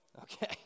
Okay